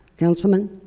councilman?